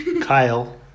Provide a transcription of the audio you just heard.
Kyle